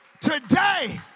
today